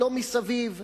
לא מסביב,